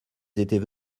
étaient